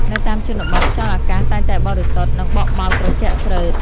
នៅតាមជនបទ ខ្យល់អាកាសតែងតែបរិសុទ្ធ និងបក់បោកត្រជាក់ស្រឺត។